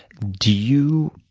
do you